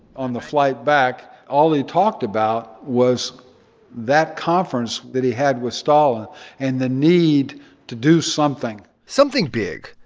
on the flight back, all they talked about was that conference that he had with stalin and the need to do something something big,